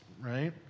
right